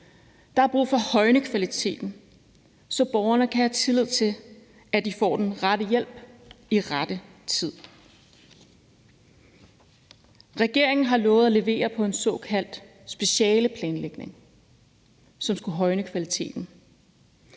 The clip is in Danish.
Der er brug for at højne kvaliteten, så borgerne kan have tillid til, at de får den rette hjælp i rette tid. Regeringen har lovet at levere på en såkaldt specialeplanlægning, som skulle højne kvaliteten,